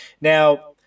Now